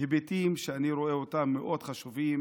היבטים שאני רואה כחשובים